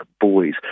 boys